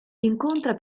incontra